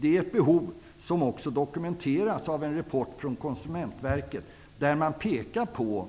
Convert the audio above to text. Det är ett behov som också dokumenteras av en rapport från Konkurrensverket, där man pekar på